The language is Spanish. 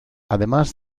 además